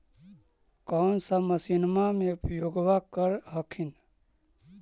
कौन सा मसिन्मा मे उपयोग्बा कर हखिन?